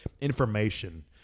information